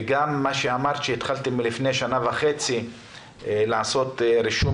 אמרת גם שהתחלתם לפני שנה וחצי לעשות רישום